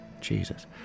Jesus